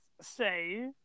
say